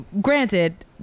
granted